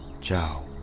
Ciao